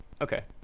okay